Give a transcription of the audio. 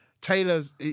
Taylor's